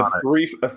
three